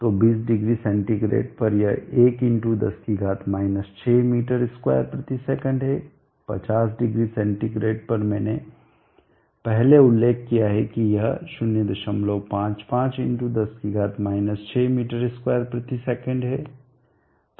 तो 20°C पर यह 1×10 6 m2sec है 50°C पर मैंने पहले उल्लेख किया है कि यह 055×10 6 m2sec है